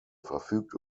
verfügt